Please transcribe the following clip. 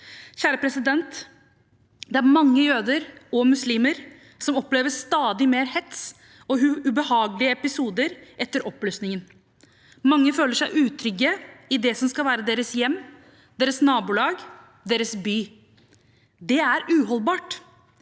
og i Norge. Det er mange jøder – og muslimer – som opplever stadig mer hets og ubehagelige episoder etter oppblussingen. Mange føler seg utrygge i det som skal være deres hjem, deres nabolag, deres by. Det er uholdbart.